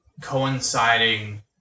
coinciding